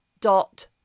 dot